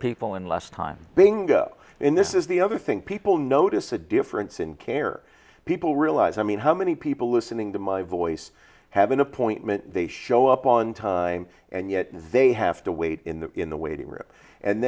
people in less time bingo in this is the other thing people notice a difference in care people realize i mean how many people listening to my voice have an appointment they show up on time and yet they have to wait in the in the waiting room and